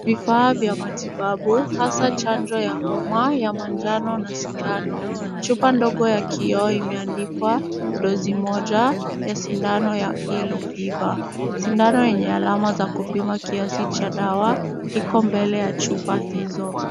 Vifaa vya matibabu hasaa chanjo ya homa ya manjano na sindano. Chupa ndogo ya kioo imeandikwa dozi moja ya sindano ya yellow fever . Sindano yenye alama za kupima kiasi cha dawa, iko mbele ya chupa hizo.